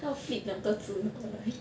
要 flip 两个字过来